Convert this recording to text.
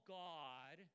god